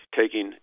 taking